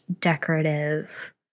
decorative